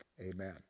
amen